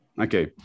Okay